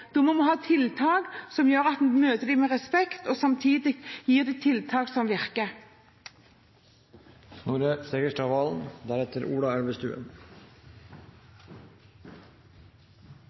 må vi ha tiltak som gjør at vi møter dem med respekt, og samtidig gir dem tiltak som virker.